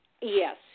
Yes